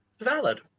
Valid